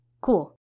Cool